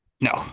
No